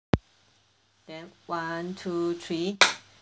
and one two three